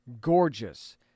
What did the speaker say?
gorgeous